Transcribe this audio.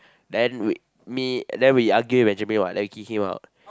then we me then we argue with Benjamin [what] then we kick him out